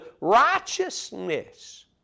righteousness